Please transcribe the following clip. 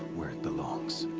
where it belongs.